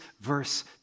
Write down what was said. verse